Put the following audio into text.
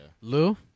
Lou